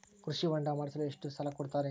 ಕೃಷಿ ಹೊಂಡ ಮಾಡಿಸಲು ಎಷ್ಟು ಸಾಲ ಕೊಡ್ತಾರೆ?